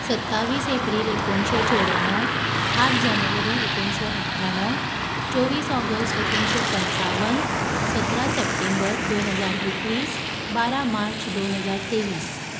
सत्तावीस एप्रील एकोणशें चोवऱ्याण्णव आठ जानेवारी एकोणशें अठ्ठ्याणव चोवीस ऑगस्ट एकोणशे पंचावन सतरा सॅप्टेंबर दोन हजार एकवीस बारा मार्च दोन हजार तेवीस